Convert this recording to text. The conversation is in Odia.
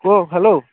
କୁହ ହ୍ୟାଲୋ